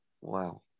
Wow